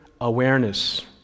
awareness